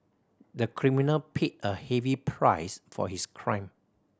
the criminal paid a heavy price for his crime